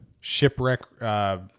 Shipwreck